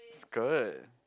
skirt